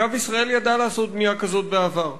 אגב, ישראל ידעה לעשות בנייה כזאת בעבר,